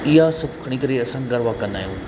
इहा सभु खणी करे असां गरबा कंदा आहियूं